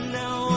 now